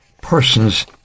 persons